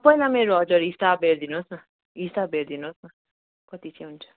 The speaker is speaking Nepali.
पहिला मेरो हजुर हिसाब हेरिदिनुहोस् न हिसाब हेरिदिनुहोस् न कति चाहिँ हुन्छ